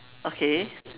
okay